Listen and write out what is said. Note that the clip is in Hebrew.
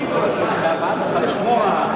בהבאת הפלאשמורה,